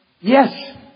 yes